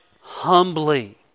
humbly